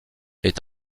est